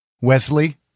Wesley